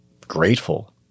grateful